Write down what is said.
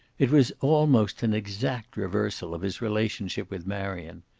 it was almost an exact reversal of his relationship with marion.